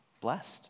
blessed